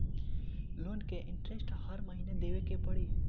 Loan के interest हर महीना देवे के पड़ी?